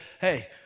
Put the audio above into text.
hey